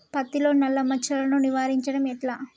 పత్తిలో నల్లా మచ్చలను నివారించడం ఎట్లా?